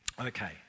Okay